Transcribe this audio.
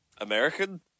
American